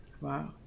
Wow